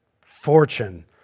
fortune